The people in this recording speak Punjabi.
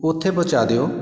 ਉੱਥੇ ਪਹੁੰਚਾ ਦਿਓ